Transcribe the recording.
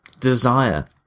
desire